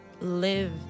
live